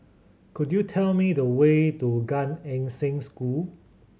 could you tell me the way to Gan Eng Seng School